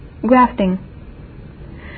grafting